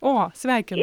o sveikinu